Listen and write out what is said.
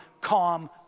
calm